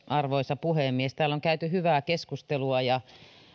arvoisa puhemies täällä on käyty hyvää keskustelua ja